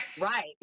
Right